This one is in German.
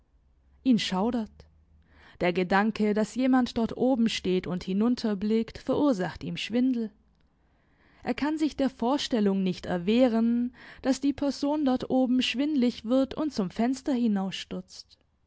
ihn schaudert der gedanke daß jemand dort oben steht und hinunterblickt verursacht ihm schwindel er kann sich der vorstellung nicht erwehren daß die person dort oben schwindlig wird und zum fenster